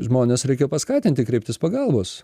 žmones reikia paskatinti kreiptis pagalbos